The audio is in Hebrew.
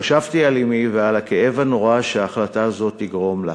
חשבתי על אמי ועל הכאב הנורא שהחלטה זאת תגרום לה.